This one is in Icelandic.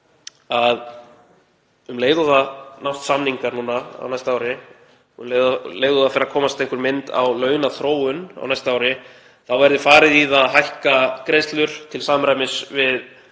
að um leið og samningar nást núna á næsta ári og um leið og það fer að komast einhver mynd á launaþróun á næsta ári, þá verði farið í það að hækka greiðslur til samræmis við